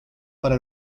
para